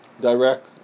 Direct